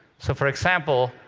so, for example,